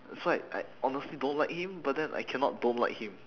so I I honestly don't like him but then I cannot don't like him